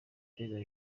perezida